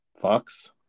Fox